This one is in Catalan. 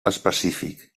específic